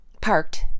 Parked